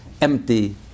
empty